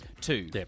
two